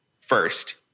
first